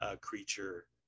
creature